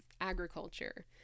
agriculture